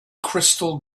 crystal